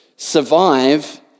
survive